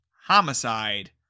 Homicide